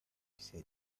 said